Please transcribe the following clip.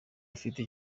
afite